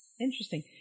Interesting